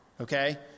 Okay